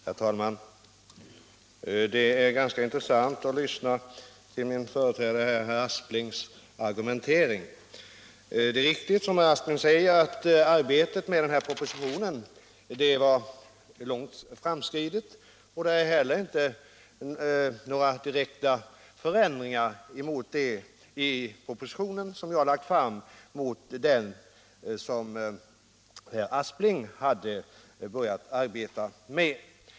Herr talman! Det är ganska intressant att lyssna till min företrädare herr Asplings argumentering. Det är riktigt som herr Aspling säger att arbetet med propositionen var långt framskridet vid regeringsskiftet, och det finns heller inte några direkta förändringar i den proposition som jag har lagt fram jämfört med den som herr Aspling hade börjat arbeta med.